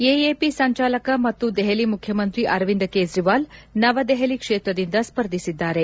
AAP ಸಂಜಾಲಕ ಮತ್ತು ದೆಪಲಿ ಮುಖ್ಯಮಂತ್ರಿ ಅರವಿಂದ್ ಕೇಜ್ವಾಲ್ ನವದೆಪಲಿ ಕ್ಷೇತ್ರದಿಂದ ಸ್ಪರ್ಧಿಸಿದ್ದಾರೆ